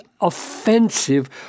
offensive